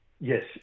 Yes